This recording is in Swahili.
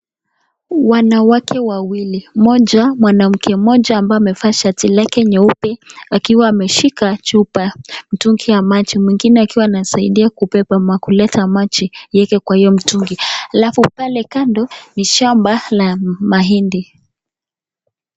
Wanawake wawili, mwanamke mmoja ambaye amevaa shati nyeupe akiwa ameshika chupa, mtungi ya maji mwingine anasaidia kubeba na kuleta maji ieka kwa hiyo mtungi, alafu pale kando kuna shamba la mahindi.